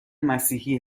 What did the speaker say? مسیحی